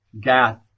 Gath